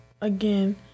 again